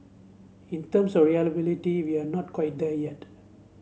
in terms of reliability we are not quite there yet